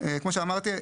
כמו שאמרתי,